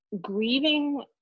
grieving